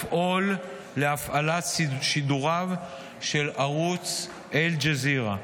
לפעול להפסקת שידוריו של ערוץ אל-ג'זירה,